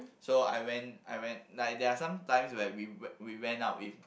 so I went I went like there are some times where we went we went out with